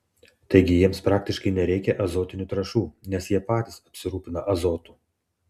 taigi jiems praktiškai nereikia azotinių trąšų nes jie patys apsirūpina azotu